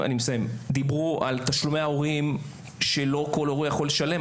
דיברו על תשלומי הורים שלא כל הורה יכול לשלם,